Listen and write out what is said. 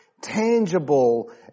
tangible